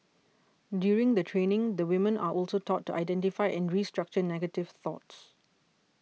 during the training the women are also taught to identify and restructure negative thoughts